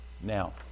Now